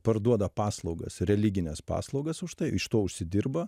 parduoda paslaugas religines paslaugas už tai iš to užsidirba